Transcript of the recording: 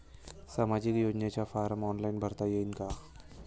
सामाजिक योजनेचा form online भरता येईन का?